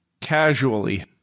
Casually